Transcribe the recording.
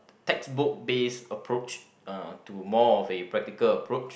textbook based approach uh to more of a practical approach